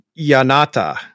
Yanata